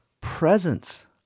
presence